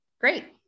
great